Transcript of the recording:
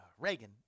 Reagan